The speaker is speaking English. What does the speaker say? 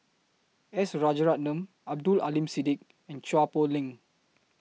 S Rajaratnam Abdul Aleem Siddique and Chua Poh Leng